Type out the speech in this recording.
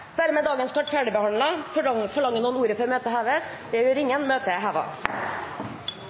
Dermed er dagens kart ferdigbehandlet. Forlanger noen ordet før møtet heves? – Møtet er